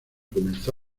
comenzó